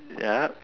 ya